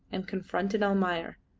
and confronted almayer,